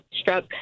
struck